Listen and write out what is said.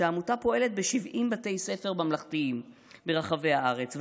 שהעמותה פועלת ב-70 בתי ספר ממלכתיים ברחבי הארץ,